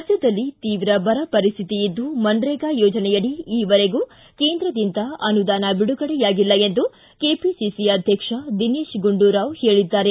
ರಾಜ್ಯದಲ್ಲಿ ತೀವ್ರ ಬರ ಪರಿಸ್ಠಿತಿ ಇದ್ದು ಮನರೇಗಾ ಯೋಜನೆಯಡಿ ಇವರೆಗೂ ಕೇಂದ್ರದಿಂದ ಅನುದಾನ ಬಿಡುಗಡೆಯಾಗಿಲ್ಲ ಎಂದು ಕೆಪಿಸಿಸಿ ಅಧ್ಯಕ್ಷ ದಿನೇತ್ ಗುಂಡೂರಾವ್ ಹೇಳಿದ್ದಾರೆ